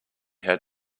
had